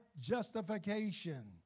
justification